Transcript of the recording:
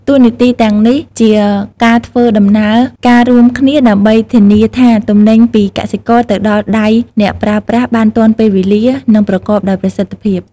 តួនាទីទាំងនេះជាការធ្វើដំណើរការរួមគ្នាដើម្បីធានាថាទំនិញពីកសិករទៅដល់ដៃអ្នកប្រើប្រាស់បានទាន់ពេលវេលា និងប្រកបដោយប្រសិទ្ធភាព។